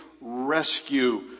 rescue